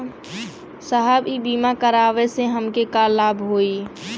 साहब इ बीमा करावे से हमके का लाभ होई?